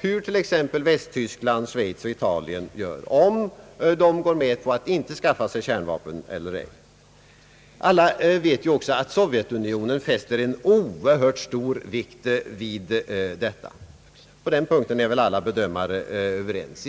hur exempelvis Västtyskland, Schweiz och Italien gör — om de går med på att inte skaffa sig kärnvapen eller ej. Alla vet ju också att Sovjetunionen fäster en oerhört stor vikt vid detta. På den punkten är alla bedömare överens.